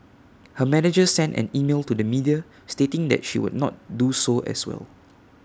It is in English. her manager sent an email to the media stating that she would not do so as well